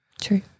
True